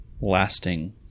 Lasting